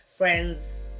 friends